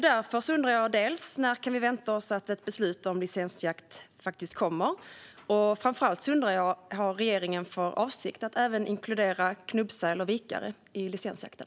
Därför undrar jag när vi kan förvänta oss att ett beslut om licensjakt kommer, men framför allt undrar jag om regeringen har för avsikt att inkludera även knubbsäl och vikare i licensjakten.